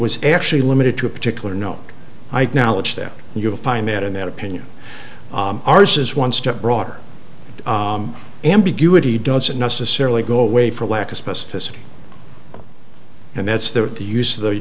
was actually limited to a particular no i had knowledge that you'll find that in that opinion ours is one step broader ambiguity doesn't necessarily go away for lack of specificity and that's the the use of the